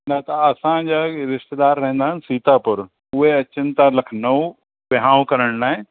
न तव्हां असांजा रिश्तेदार रहंदा आहिनि सीतापुर उहे अचनि था लखनऊ विहांउ करण लाइ